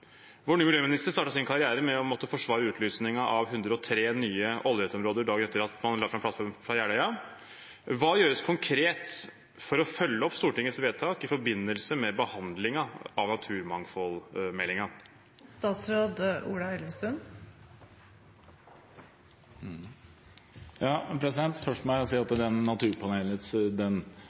Vår nye miljøminister startet sin karriere med å måtte forsvare utlysningen av 103 nye oljeleteområder dagen etter at man la fram plattformen fra Jeløya. Hva gjøres konkret for å følge opp Stortingets vedtak i forbindelse med behandlingen av naturmangfoldmeldingen? Først må jeg si at rapporten fra Naturpanelet er virkelig nedslående hvis man ser på den